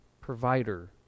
provider